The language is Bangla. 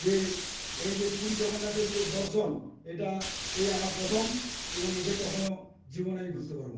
যে এই পুরী জগন্নাথের যে দর্শন এটা এই আমার প্রথম এবং একে কখনো জীবনে ভুলতে পারবো না